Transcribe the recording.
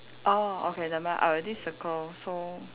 oh okay never mind I already circle so